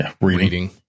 Reading